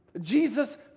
Jesus